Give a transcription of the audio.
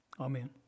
amen